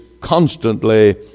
constantly